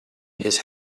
his